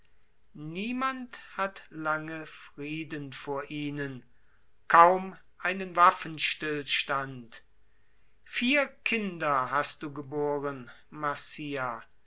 niemand hat lange frieden vor ihnen kaum einen waffenstillstand vier kinder hast du geboren